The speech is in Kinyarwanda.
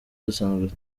dusanzwe